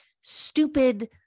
stupid